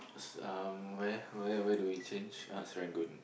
somewhere where where do we change uh Serangoon